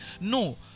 no